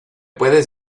puedes